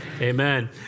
Amen